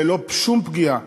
ללא שום פגיעה